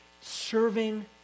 serving